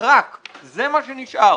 רק זה מה שנשאר.